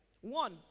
One